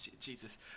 Jesus